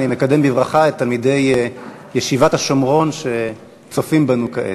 אני מקדם בברכה את תלמידי ישיבת השומרון שצופים בנו כעת.